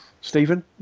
Stephen